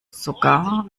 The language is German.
sogar